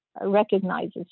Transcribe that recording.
recognizes